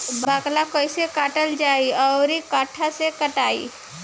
बाकला कईसे काटल जाई औरो कट्ठा से कटाई?